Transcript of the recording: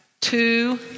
two